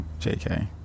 JK